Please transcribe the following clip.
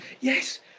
Yes